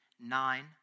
nine